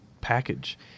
package